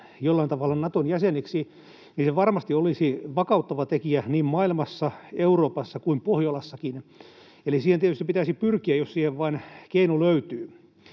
jollain tavalla Naton jäseniksi, niin se varmasti olisi vakauttava tekijä niin maailmassa, Euroopassa kuin Pohjolassakin. Eli siihen tietysti pitäisi pyrkiä, jos siihen vain keino löytyy.